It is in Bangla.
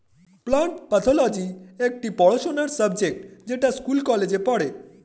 প্লান্ট প্যাথলজি একটি পড়াশোনার সাবজেক্ট যেটা স্কুল কলেজে পড়ে